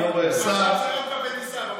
אגב,